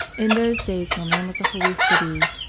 in those days milan was a holy city,